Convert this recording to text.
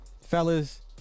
fellas